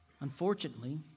Unfortunately